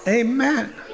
Amen